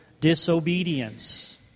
disobedience